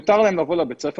מותר להם לבוא לבית הספר,